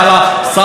אל שר גלנט,